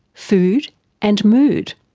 food and mood,